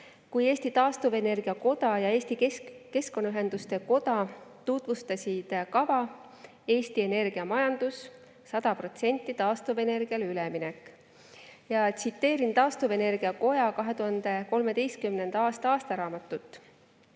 kui Eesti Taastuvenergia Koda ja Eesti Keskkonnaühenduste Koda tutvustasid kava "Eesti energiamajandus: 100% taastuvenergiale üleminek". Tsiteerin taastuvenergia koja 2013. aasta aastaraamatut: